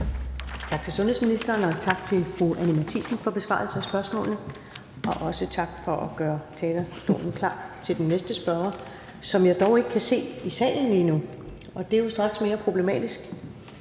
af spørgsmålet, og tak til fru Anni Matthiesen, og også tak for at gøre talerstolen klar til den næste spørger, som jeg dog ikke kan se i salen lige nu. Det er jo straks mere problematisk.